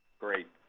great.